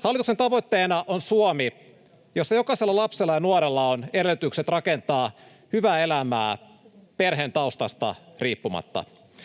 Hallituksen tavoitteena on Suomi, jossa jokaisella lapsella ja nuorella on edellytykset rakentaa hyvää elämää perheen taustasta riippumatta.